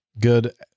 Good